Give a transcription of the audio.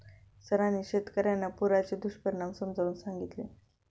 सरांनी शेतकर्यांना पुराचे दुष्परिणाम समजावून सांगितले